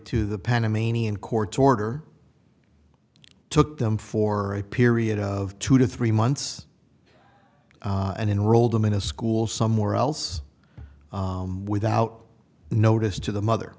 to the panamanian court's order took them for a period of two to three months and enroll them in a school somewhere else without notice to the mother